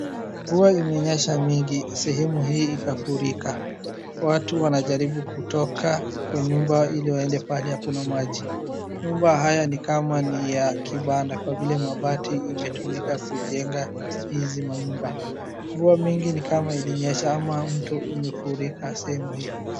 Mvua imenyesha mingi sehemu hii ikafurika. Watu wanajaribu kutoka kwa nyumba ili waende pahali akuna maji. Nyumba haya ni kama ni ya kibanda kwa vile mabati imetumika kujenga hizi manyumba. Mvua mingi ni kama ilinyesha ama mto umefurika sehemu hii.